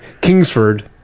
Kingsford